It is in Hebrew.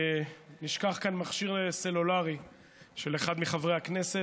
נשכח כאן מכשיר סלולרי של אחד מחברי הכנסת.